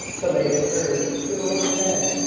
belated birds flew overhead,